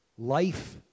Life